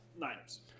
Niners